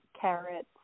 carrots